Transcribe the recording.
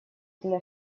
для